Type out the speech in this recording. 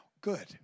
Good